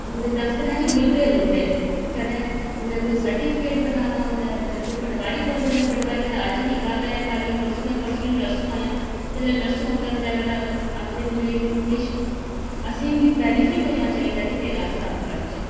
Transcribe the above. उं'दे दफ्तरें च रुलदे रौंह्दे न कदें उ'नें कोई सर्टिफिकेट बनाना होंदा ऐ ते जंदे पटवारी कोल जंदे ते पटवारी आखदा अज्ज निं कल्ल आयां कल्ल निं परसूं आएयां परसूं निं नरसूं आएयां जेल्लै नरसूं औंदा ते बचैरा ते आखदे न भाई हून किश असें गी बी बैनीफिट होना चाहिदा के तेरा अस कम्म करचै